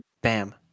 Bam